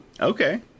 Okay